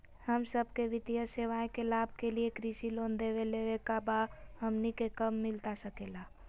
हम सबके वित्तीय सेवाएं के लाभ के लिए कृषि लोन देवे लेवे का बा, हमनी के कब मिलता सके ला?